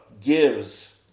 gives